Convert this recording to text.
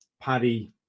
Paddy